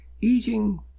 eating